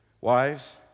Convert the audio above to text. Wives